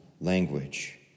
language